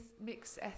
Mixed